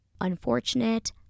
Unfortunate